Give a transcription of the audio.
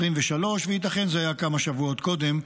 וייתכן שזה היה כמה שבועות קודם,